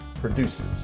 produces